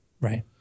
Right